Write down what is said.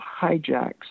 hijacks